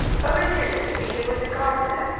originally he was a gardener,